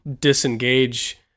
disengage